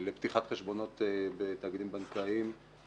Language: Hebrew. לפתיחת חשבונות בתאגידים בנקאיים,